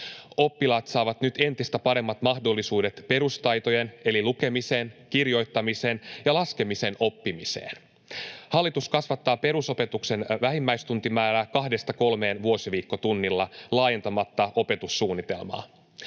Oppilaat saavat nyt entistä paremmat mahdollisuudet perustaitojen eli lukemisen, kirjoittamisen ja laskemisen oppimiseen. Hallitus kasvattaa perusopetuksen vähimmäistuntimäärää 2—3 vuosiviikkotunnilla laajentamatta opetussuunnitelmaa.